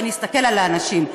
ונסתכל על האנשים.